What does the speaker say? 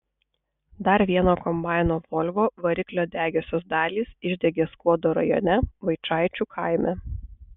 dar vieno kombaino volvo variklio degiosios dalys išdegė skuodo rajone vaičaičių kaime